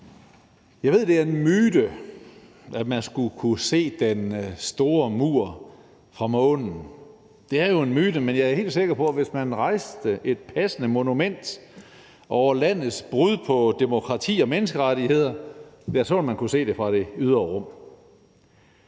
Jeg ved, at det er en myte, at man skulle kunne se Den Kinesiske Mur fra Månen. Det er en myte, men jeg er helt sikker på, at hvis man rejste et passende monument over landets brud på demokrati og menneskerettigheder, så ville man kunne se det fra det ydre rum.